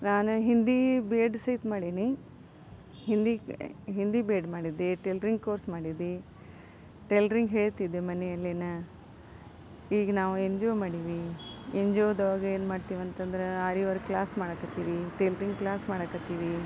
ನಾನು Hindi B Ed ಸಹಿತ ಮಾಡೀನಿ ಹಿಂದಿ ಹಿಂದಿ ಬಿ ಎಡ್ ಮಾಡಿದ್ದೆ ಟೈಲ್ರಿಂಗ್ ಕೋರ್ಸ್ ಮಾಡಿದ್ದೆ ಟೈಲ್ರಿಂಗ್ ಹೇಳ್ತಿದ್ದೆ ಮನೆಯಲ್ಲಿ ನಾ ಈಗ ನಾವು ಎನ್ ಜಿ ಒ ಮಾಡೀವಿ ಎನ್ ಜಿ ಒದೊಳಗೆ ಏನು ಮಾಡ್ತೀವಿ ಅಂತಂದ್ರೆ ಆರಿ ವರ್ಕ್ ಕ್ಲಾಸ್ ಮಾಡಕ್ಕತ್ತೀವಿ ಟೈಲ್ರಿಂಗ್ ಕ್ಲಾಸ್ ಮಾಡಕ್ಕತ್ತೀವಿ